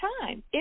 time